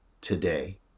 today